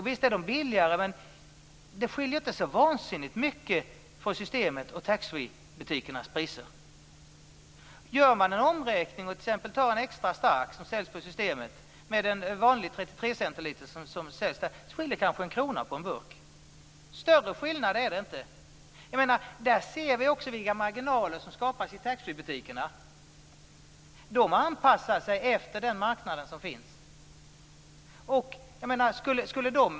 Visst är de lägre, men det skiljer inte så vansinnigt mycket mellan Systembolagets priser och taxfreebutikernas priser. För en 33 centiliters burk extra stark öl, som säljs på systemet, skiljer det kanske en krona. Större skillnad är det inte. Där ser vi också vilka marginaler som skapas i taxfree-butikerna. De anpassar sig efter den marknad som finns.